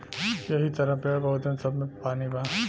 यहि तरह पेड़, पउधन सब मे पानी बा